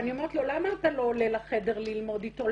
ואני אומרת לו למה אתה לא עולה לחדר ללמוד איתו,